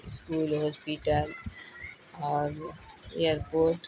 school hospital اور airport